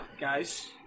guys